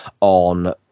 on